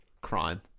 Crime